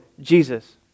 Jesus